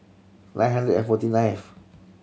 nine hundred and forty nineth